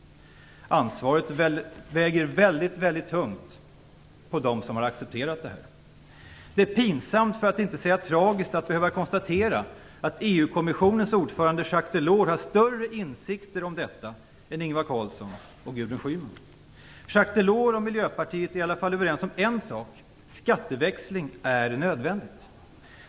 Ansvaret vilar mycket, mycket tungt på dem som har accepterat detta. Det är pinsamt för att inte säga tragiskt att behöva konstatera att EU-kommissionens ordförande Jacques Delors har större insikter om detta än Ingvar Carlsson och Gudrun Schyman. Jacques Delors och Miljöpartiet är i varje fall överens om en sak: skatteväxling är nödvändigt.